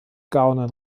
gaunern